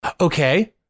Okay